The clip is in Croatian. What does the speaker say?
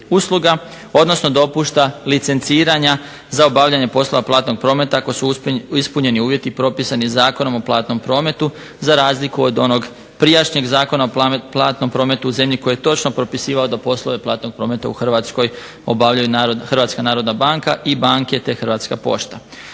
usluga, odnosno dopušta licenciranja za obavljanja poslova platnog prometa ako su ispunjeni uvjeti propisani Zakonom o platnom prometu za razliku od onog prijašnjeg Zakona o platnom prometu … koji je točno propisivao da poslove platnog prometa u Hrvatskoj obavljaju Hrvatska narodna banka i banke te Hrvatska pošta.